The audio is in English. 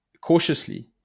cautiously